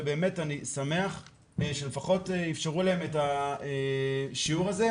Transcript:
ובאמת אני שמח שלפחות אפשרו להם את השיעור הזה,